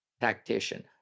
tactician